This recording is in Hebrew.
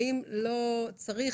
האם לא צריך,